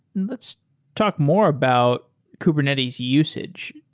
let's talk more about kubernetes usage.